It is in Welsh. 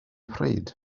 pryd